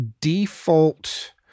default